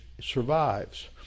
survives